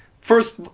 first